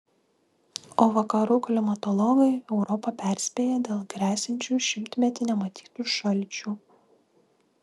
o vakarų klimatologai europą perspėja dėl gresiančių šimtmetį nematytų šalčių